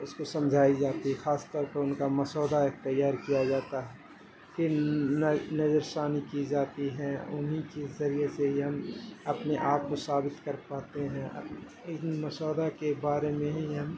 اس کو سمجھائی جاتی ہے خاص طور پہ ان کا مسودہ ایک تیار کیا جاتا ہے کہ نظر ثانی کی جاتی ہیں انہیں کے ذریعے سے ہی ہم اپنے آپ کو ثابت کر پاتے ہیں ان مسودہ کے بارے میں ہی ہم